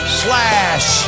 slash